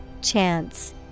Chance